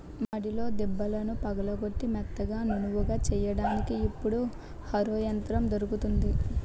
మడిలో బిడ్డలను పగలగొట్టి మెత్తగా నునుపుగా చెయ్యడానికి ఇప్పుడు హరో యంత్రం దొరుకుతుంది